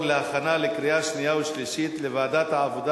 בעד,